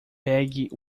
pegue